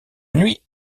nuit